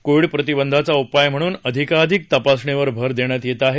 Covid प्रतिबंधाचा उपाय म्हणून अधिकाधिक तपासणीवर भर देण्यात येत आहे